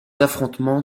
affrontements